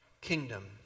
kingdom